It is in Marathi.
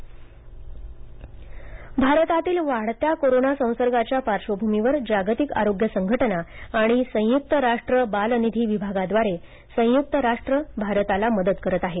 संयक्त राष्ट्र कोविड भारत भारतातील वाढत्या कोरोना संसर्गाच्या पार्श्वभूमीवर जागतिक आरोग्य संघटना आणि संयुक्त राष्ट्र बाल निधी विभागाद्वारे संयुक्त राष्ट्र भारताला मदत करत आहे